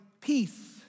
peace